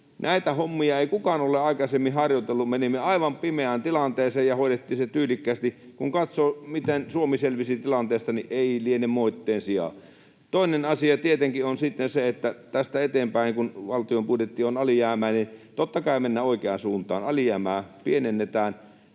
näitä hommia ei kukaan ole aikaisemmin harjoitellut. Menimme aivan pimeään tilanteeseen, ja hoidettiin se tyylikkäästi. Kun katsoo, miten Suomi selvisi tilanteesta, niin ei liene moitteen sijaa. Toinen asia tietenkin on sitten se, että kun valtion budjetti on alijäämäinen, tästä eteenpäin totta kai mennään oikeaan suuntaan. Alijäämää pienennetään,